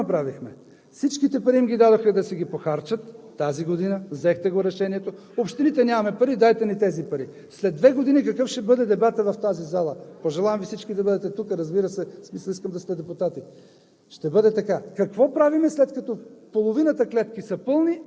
ние ги даваме парите и получават нова клетка. А сега какво направихме? Всичките пари им ги дадохме да си ги похарчат тази година, взехте го решението. Общините – нямаме пари, дайте ни тези пари! След две години какъв ще бъде дебатът в тази зала? Пожелавам Ви всички да бъдете тук, разбира се, ми се иска да сте депутати